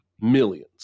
millions